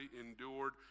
endured